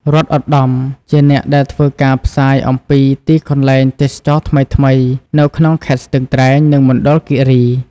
រដ្ឋ ឧត្តម ជាអ្នកដែលធ្វើការផ្សាយអំពីទីកន្លែងទេសចរណ៍ថ្មីៗនៅក្នុងខេត្តស្ទឹងត្រែង និងមណ្ឌលគិរី។